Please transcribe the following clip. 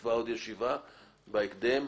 נקבע ישיבה בהקדם,